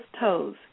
Toes